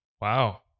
Wow